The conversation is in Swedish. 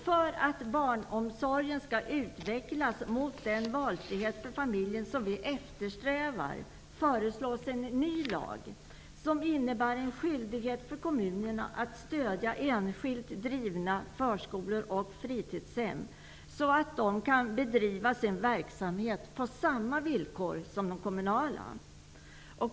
För att barnomsorgen skall utvecklas mot den valfrihet för familjen som vi eftersträvar föreslås en ny lag, som innebär en skyldighet för kommunen att stödja enskilt drivna förskolor och fritidshem, så att de kan bedriva sin verksamhet på samma villkor som de kommunala.